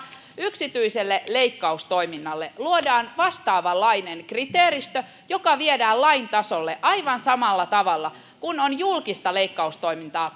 yksityiselle leikkaustoiminnalle luodaan vastaavanlainen kriteeristö joka viedään lain tasolle aivan samalla tavalla kuin on julkista leikkaustoimintaa